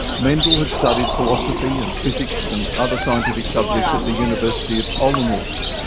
mendel had studied philosophy and physics and other scientific subjects at the university of olomouc,